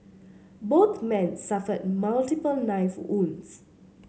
both men suffered multiple knife wounds